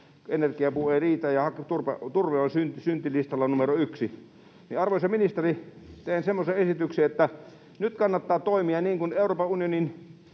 energiapuu ei riitä ja turve on syntilistalla numero yksi. Arvoisa ministeri, teen semmoisen esityksen, että nyt kannattaa toimia, kun